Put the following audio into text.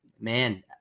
man